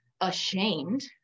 ashamed